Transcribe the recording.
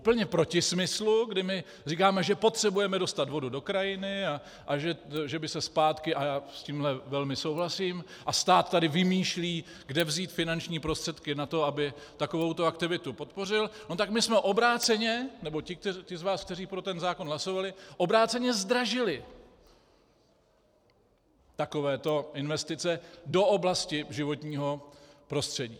Úplně proti smyslu, kdy my říkáme, že potřebujeme dostat vodu do krajiny a že by se zpátky, a já s tímhle velmi souhlasím a stát tady vymýšlí, kde vzít finanční prostředky na to, aby takovouto aktivitu podpořil, no tak my jsme obráceně, nebo ti z vás, kteří pro ten zákon hlasovali, obráceně zdražili takovéto investice do oblasti životního prostředí.